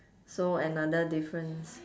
so another difference